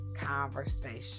conversation